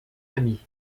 amis